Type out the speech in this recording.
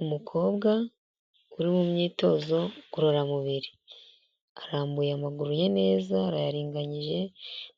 Umukobwa uri mu myitozo ngororamubiri arambuye amaguru ye neza arayaringanije